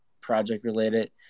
project-related